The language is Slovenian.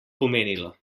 pomenilo